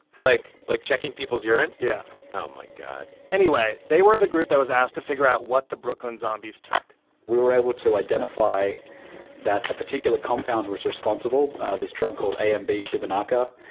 like like checking people's urine? yeah oh, my god anyway, they were the group that was asked to figure out what the brooklyn zombies took we were able to identify that a particular compound was responsible this drug called amb-fubinaca.